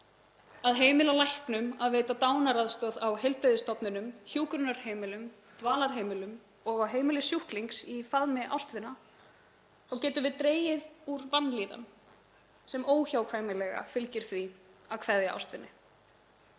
að heimila læknum að veita dánaraðstoð á heilbrigðisstofnunum, hjúkrunarheimilum, dvalarheimilum og á heimili sjúklings í faðmi ástvina getum við dregið úr vanlíðan sem óhjákvæmilega fylgir því að kveðja ástvini.